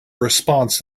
response